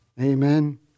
Amen